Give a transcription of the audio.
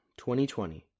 2020